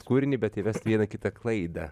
kūrinį bet įvest vieną kitą klaidą